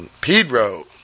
Pedro